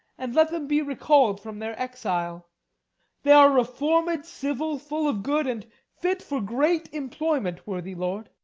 and let them be recall'd from their exile they are reformed, civil, full of good, and fit for great employment, worthy lord.